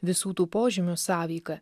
visų tų požymių sąveika